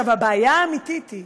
הבעיה האמיתית היא